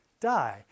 die